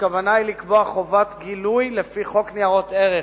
הכוונה היא לקבוע חובת גילוי לפי חוק ניירות ערך,